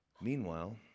Meanwhile